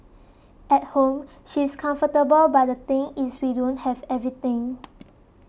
at home she's comfortable but the thing is we don't have everything